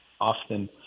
often